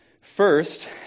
first